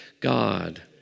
God